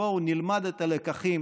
בואו נלמד את הלקחים